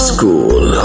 School